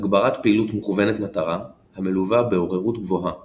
הגברת פעילות מוכוונת מטרה, המלווה בעוררות גבוהה